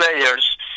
players